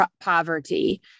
poverty